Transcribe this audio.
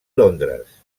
londres